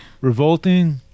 Revolting